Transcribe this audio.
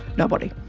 nobody.